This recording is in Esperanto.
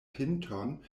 pinton